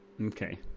Okay